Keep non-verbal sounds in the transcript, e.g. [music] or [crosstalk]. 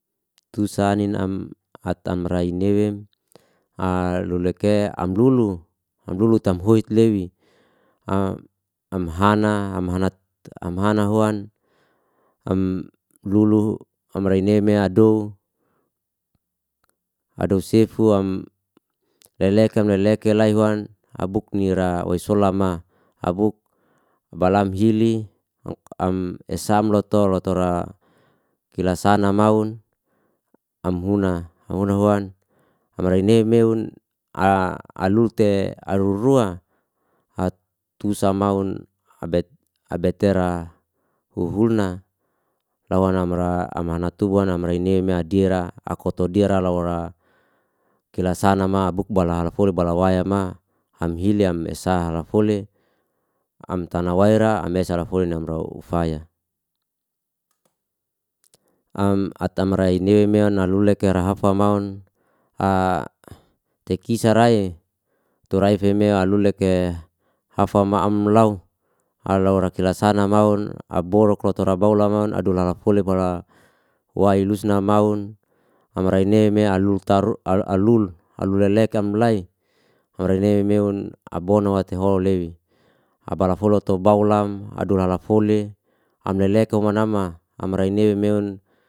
Tu sanin'am ata raimnewem a luluk ea amlulu amlulu tamhoit lewi a amhana amhana [hesitation] huan am amlulu amreinemea adou adou sefuam lelekam lelekelai huan abuknira waisolama. abuk balam hili am esamloto loto ra kilasana maun amhuna amhuna huan amra ne meon a alul te arurua atusa maun abet abetera huhulna lawana ambra amanahatubu wana ma amranai ne me adira aku todira laura kelasana ma bukbala halafole bala waya ma ham hiliam esa halafole amtanawaira am esa halafole nam ra'ufaya. am atamrai newimeon nalulek lera hafamaun a tekisa rae tu rae feme halulek e hafama'am lau lalau kilasana maun aborok rotok rabuan la maun adola la fole wai lusna maun amrai ne me arur taru alul alul lele amlai amra ne meon abonawati hololewi. abala folo to bau lam adola lala fole amlele kau manama amra ne meon